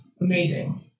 Amazing